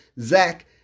Zach